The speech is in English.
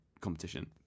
Competition